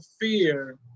fear